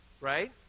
Right